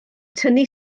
tynnu